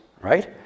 right